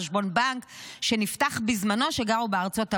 חשבון בנק שנפתח בזמנו כשגרו בארצות הברית,